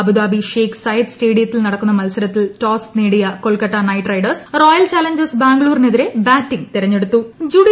Abu Dhabi Sheikh Zayed സ്റ്റേഡിയത്തിൽ നടക്കുന്ന മത്സരത്തിൽ ടോസ് നേടിയ Kolkata Knight Riders Royal Challengers ബാംഗ്ലൂരിനെതിരെ ബാറ്റിങ് തെരഞ്ഞെടുത്തു